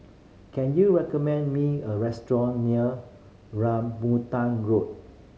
can you recommend me a restaurant near Rambutan Road